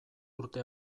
urte